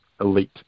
elite